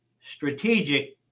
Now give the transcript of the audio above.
Strategic